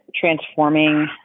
transforming